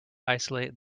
isolate